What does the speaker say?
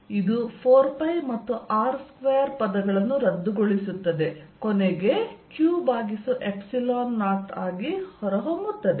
ಇದು 4π ಮತ್ತು r2 ಗಳನ್ನು ರದ್ದುಗೊಳಿಸುತ್ತದೆ ಮತ್ತು ಕೊನೆಗೆ q0 ಆಗಿ ಹೊರಬರುತ್ತದೆ